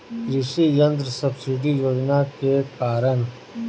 कृषि यंत्र सब्सिडी योजना के कारण?